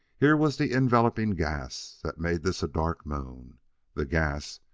here was the enveloping gas that made this a dark moon the gas,